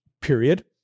period